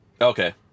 okay